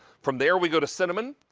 from there we go to cinnamon.